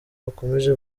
bakomeje